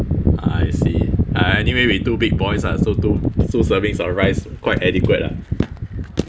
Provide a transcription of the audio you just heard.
ah I see ah anyway we two big boys ah so two servings of rice quite adequate ah